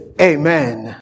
amen